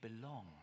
belong